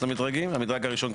המדרג הראשון,